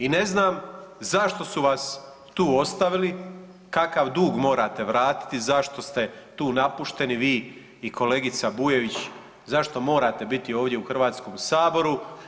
I ne znam zašto su vas tu ostavili, kakav dug morate vratiti zašto ste tu napušteni vi i kolegica Bujević, zašto morate biti ovdje u Hrvatskom saboru?